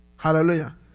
hallelujah